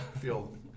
feel